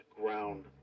ground